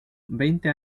veinte